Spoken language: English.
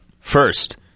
First